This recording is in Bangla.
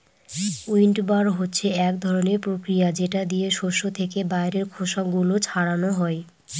উইন্ডবার হচ্ছে এক ধরনের প্রক্রিয়া যেটা দিয়ে শস্য থেকে বাইরের খোসা গুলো ছাড়ানো হয়